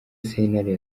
sentare